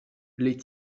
les